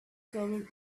covered